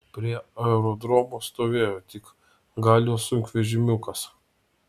prie aerodromo stovėjo tik galio sunkvežimiukas